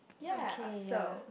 okay ya